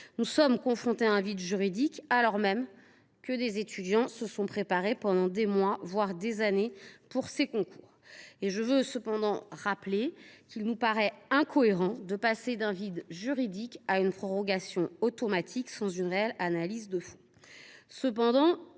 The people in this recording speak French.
Nous sommes confrontés à un vide juridique alors même que des étudiants se sont préparés pendant des mois, voire pendant des années, pour ces concours. En tout état de cause, il nous paraît incohérent de passer d’un vide juridique à une prorogation automatique, sans réelle analyse de fond.